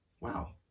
Wow